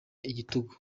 igitugu